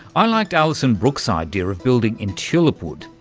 i liked alison brooks' ah idea of building in tulipwood,